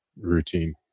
routine